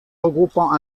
regroupant